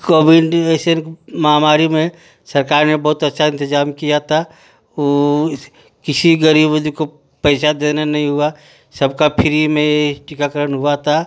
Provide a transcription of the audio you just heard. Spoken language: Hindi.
कोविड ऐसी महामारी में सरकार ने बहुत अच्छा इंतजाम किया था ओ किसी गरीब आदमी को पैसा देना नहीं हुआ सबका फ्री में ही टीकाकरण हुआ था